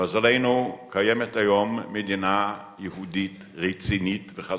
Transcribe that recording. למזלנו, קיימת היום מדינה יהודית רצינית וחזקה,